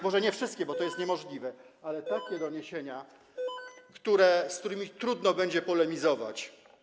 Może nie wszystkie, bo to jest niemożliwe, ale takie doniesienia, z którymi trudno będzie polemizować.